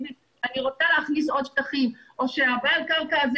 אני להכניס עוד שטחים או שבעל הקרקע הזה